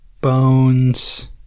bones